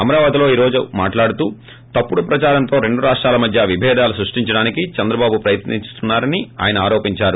అమరావతిలో ఈ రోజు మాట్లాడుతూ తప్పుడు ప్రచారంతో రెండు రాష్టాల మధ్య విభేదాలు సృష్టించడానికి చంద్రబాబు ప్రయత్న ంచారని ఆయన ఆరోపంచారు